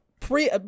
pre